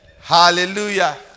Hallelujah